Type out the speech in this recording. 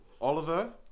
Oliver